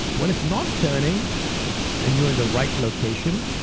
when it's not turning and you're in the right location,